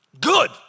Good